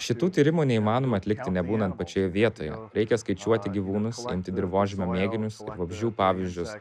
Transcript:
šitų tyrimų neįmanoma atlikti nebūnant pačioje vietoje reikia skaičiuoti gyvūnus imti dirvožemio mėginius vabzdžių pavyzdžius